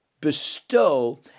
bestow